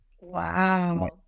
Wow